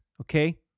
okay